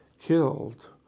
killed